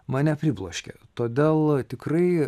mane pribloškė todėl tikrai